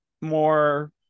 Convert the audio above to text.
more